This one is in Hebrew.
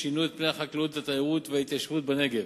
שינו את פני החקלאות, התיירות וההתיישבות בנגב.